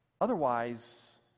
Otherwise